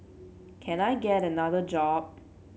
can I get another job